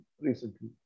recently